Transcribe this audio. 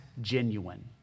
genuine